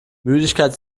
müdigkeit